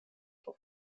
auf